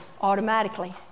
automatically